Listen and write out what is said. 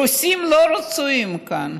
רוסים לא רצויים כאן.